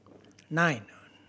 nine